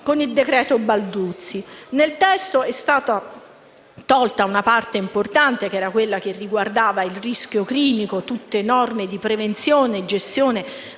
nel decreto Balduzzi. Nel testo è stata tolta una parte importante, quella che riguardava il rischio clinico, tutte norme di prevenzione e gestione